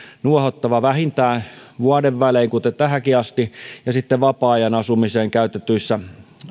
nuohottava vähintään vuoden välein kuten tähänkin asti ja vapaa ajan asumiseen käytetyissä